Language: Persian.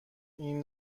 این